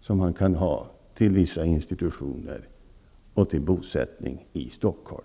som han kan ha till vissa institutioner och till bosättning i Stockholm.